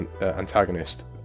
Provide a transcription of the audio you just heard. antagonist